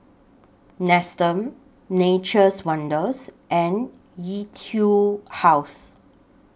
Nestum Nature's Wonders and Etude House